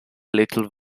little